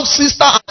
sister